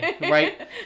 Right